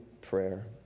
prayer